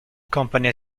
company